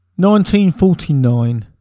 1949